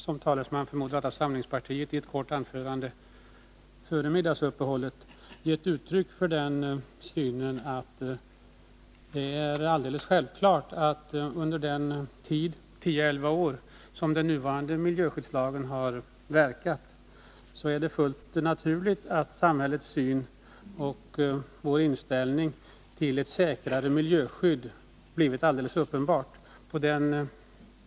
Som talesman för moderata samlingspartiet har jag i ett kort anförande före middagsuppehållet redovisat uppfattningen att det är alldeles självklart och fullt naturligt att under den tid om tio elva år som den nuvarande miljöskyddslagen har gällt har samhällets syn på och vår inställning till ett säkrare miljöskydd blivit alldeles uppenbar.